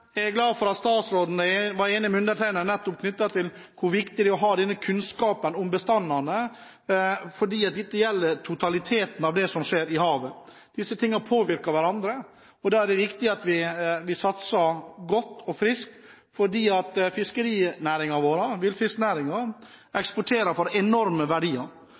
Jeg er glad for at statsråden var enig med meg med tanke på hvor viktig det er å ha denne kunnskapen om bestandene, fordi dette gjelder totaliteten av det som skjer i havet. Disse tingene påvirker hverandre, og da er det viktig at vi satser godt og friskt. Fiskerinæringen – villfisknæringen – eksporterer for enorme verdier,